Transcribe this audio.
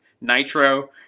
Nitro